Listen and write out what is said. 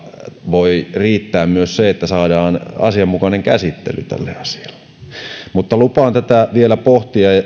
voi riittää myös se että saadaan asianmukainen käsittely tälle asialle lupaan tätä vielä pohtia